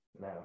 No